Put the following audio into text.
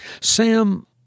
Sam